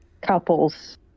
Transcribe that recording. couples